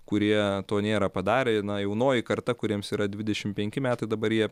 kurie to nėra padarę na jaunoji karta kuriems yra dvidešimt penki metai dabar jie